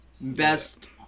best